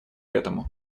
этому